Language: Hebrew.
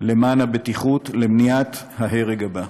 למען הבטיחות, למניעת ההרג הבא.